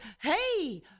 hey